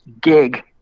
gig